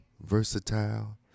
Versatile